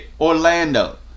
Orlando